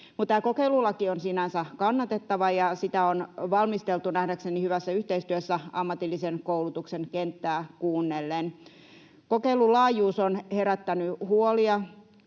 Tämä kokeilulaki on sinänsä kannatettava, ja sitä on valmisteltu nähdäkseni hyvässä yhteistyössä ammatillisen koulutuksen kenttää kuunnellen. Kokeilun laajuus on herättänyt huolia.